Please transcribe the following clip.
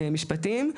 משפטים.